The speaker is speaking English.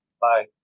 Bye